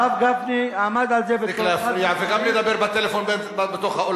הרב גפני עמד על זה בצורה חד-משמעית,